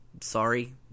sorry